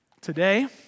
Today